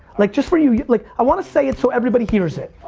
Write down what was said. like just for you, like i wanna say it's so everybody hears it,